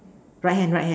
right hand right hand